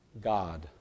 God